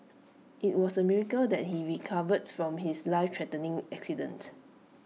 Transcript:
IT was A miracle that he recovered from his lifethreatening accident